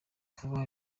vuba